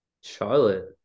Charlotte